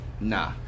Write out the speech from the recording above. Nah